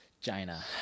China